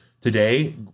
today